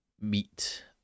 meet